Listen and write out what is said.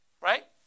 Right